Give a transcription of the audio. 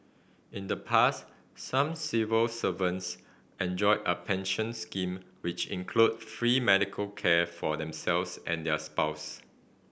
in the past some civil servants enjoyed a pension scheme which included free medical care for themselves and their spouse